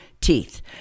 teeth